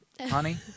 honey